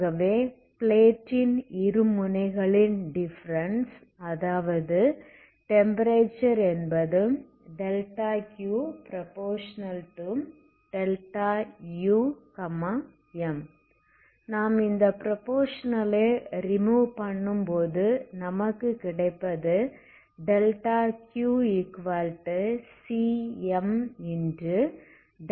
ஆகவே பிளேட்டின் இரு முனைகளின் டிஃபரன்ஸ் அதாவது டெம்ப்பரேச்சர் என்பது ∆Q∝∆um நாம் இந்த ப்ரோபோசனல் ஐ ரீமூவ் பண்ணும்போது நமக்கு கிடைப்பது ∆Qcm∆u